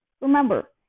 Remember